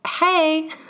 Hey